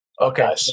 Okay